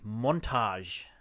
montage